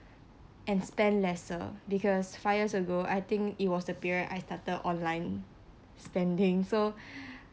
and spend lesser because five years ago I think it was the period I started online spending so